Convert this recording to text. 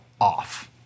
off